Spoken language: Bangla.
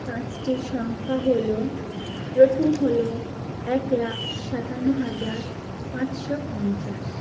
পাঁচটি সংখ্যা হল প্রথম হল এক লাখ সাতান্ন হাজার পাঁচশো পঞ্চাশ